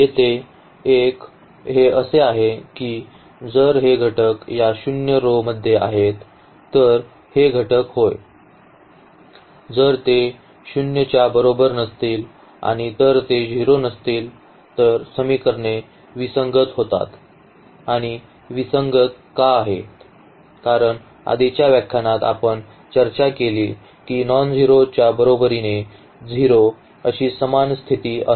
येथे एक हे असे आहे की जर हे घटक या शून्य row मध्ये आहेत तर हे घटक होय जर ते 0 च्या बरोबर नसतील आणि तर ते 0 नसतील तर समीकरणे विसंगत होतात आणि विसंगत का आहेत कारण आधीच्या व्याख्यानात आपण चर्चा केली की नॉन झिरो च्या बरोबरीने 0 अशी समान स्थिती येथे आहे